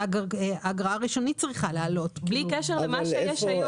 האגרה הראשונית צריכה להעלות בלי קשר למה שיש היום.